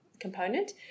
Component